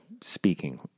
speaking